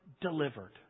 delivered